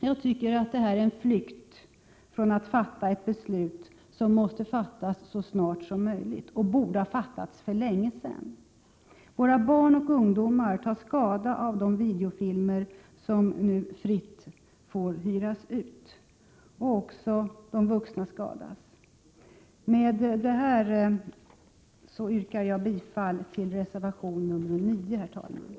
Jag tycker att det är en flykt från att fatta ett beslut som måste fattas så snart som möjligt och borde ha fattats för länge sedan. Våra barn och Herr talman! Med detta yrkar jag bifall till reservation nr 9. Ändringar tryckfri